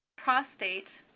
prostate,